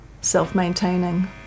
self-maintaining